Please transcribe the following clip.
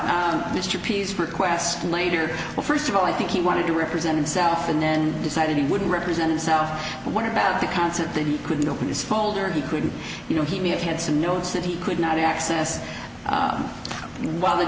about mr pease request later well first of all i think he wanted to represent himself and then decided he would represent itself what about the concept that he couldn't open this folder and he couldn't you know he may have had some notes that he could not access while the